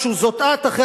את הכובע.